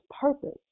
purpose